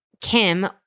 Kim